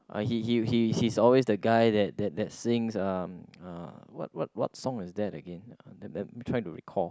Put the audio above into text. ah he he he he's always the guy that that sings uh what what what song is that again let me try to recall